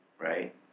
right